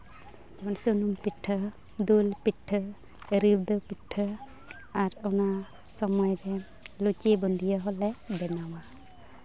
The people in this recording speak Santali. ᱡᱮᱢᱚᱱ ᱥᱩᱱᱩᱢ ᱯᱤᱴᱷᱟᱹ ᱫᱩᱞ ᱯᱤᱴᱷᱟᱹ ᱨᱤᱠᱫᱟᱹ ᱯᱤᱴᱷᱟᱹ ᱟᱨ ᱚᱱᱟ ᱥᱚᱢᱚᱭ ᱨᱮ ᱞᱩᱪᱤ ᱵᱩᱸᱫᱤᱭᱟᱹ ᱦᱚᱸᱞᱮ ᱵᱮᱱᱟᱣᱟ